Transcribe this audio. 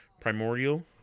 Primordial